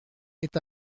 est